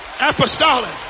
apostolic